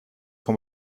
vom